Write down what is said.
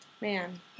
man